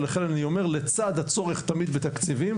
ולכן אני אומר לצד הצורך תמיד בתקציבים,